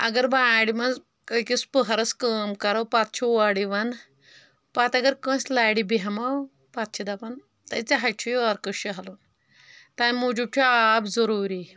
اگر وارِ منٛز أکِس پٔہرس کٲم کرو پتہٕ چھُ اورٕ یِوان پتہٕ اگر کٲنٛسہِ لرِ بیہمو پتہٕ چھِ دپان تٕے ژےٚ ہے چھُے عٲرِقہِ شیٚہلُن تمہِ موجوٗب چھُ آب ضروٗری